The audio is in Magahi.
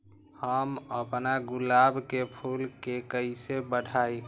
हम अपना गुलाब के फूल के कईसे बढ़ाई?